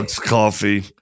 coffee